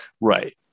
right